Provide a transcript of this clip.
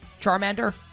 Charmander